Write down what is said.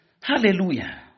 Hallelujah